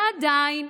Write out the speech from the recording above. ועדיין